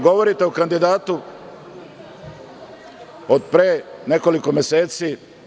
Govorite o kandidatu od pre nekoliko meseci.